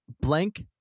Blank